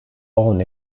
own